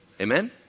Amen